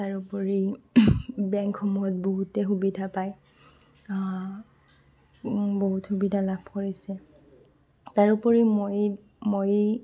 তাৰ উপৰি বেংকসমূহত বহুতেই সুবিধা পায় বহুত সুবিধা লাভ কৰিছে তাৰোপৰি মই মই